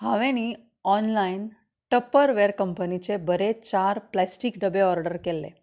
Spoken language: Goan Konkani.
हांवें नी ऑनलायन टपरवेर कंपनिचें बरें चार प्लास्टीक डबें ऑर्डर केल्लें